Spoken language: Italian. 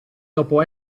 dopo